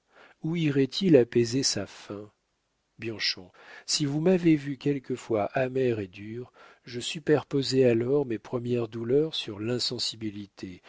où irait-il apaiser sa faim bianchon si vous m'avez vu quelquefois amer et dur je superposais alors mes premières douleurs sur l'insensibilité